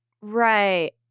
Right